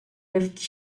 with